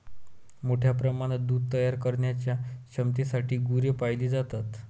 मोठ्या प्रमाणात दूध तयार करण्याच्या क्षमतेसाठी गुरे पाळली जातात